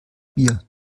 bier